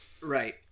Right